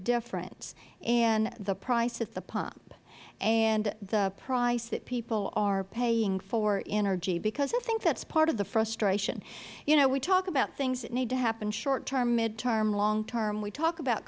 difference in the price at the pump and the price that people are paying for energy because i think that is part of the frustration you know we talk about things that need to happen short term mid term long term we talk about